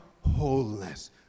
wholeness